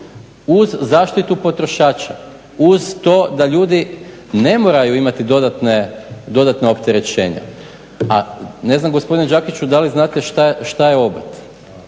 uz zaštitu potrošača, uz to da ljudi ne moraju imati dodatna opterećenja. A ne znam gospodine Đakiću da li znate šta je obrt?